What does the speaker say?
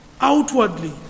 outwardly